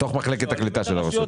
בתוך מחלקת הקליטה של הרשות.